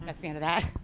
that's the end of that.